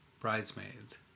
Bridesmaids